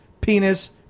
penis